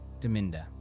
Deminda